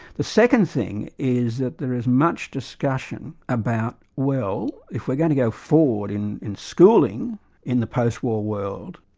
the second thing is that there is much discussion about well, if we're going to go forward in in schooling in the post-war world,